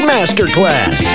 Masterclass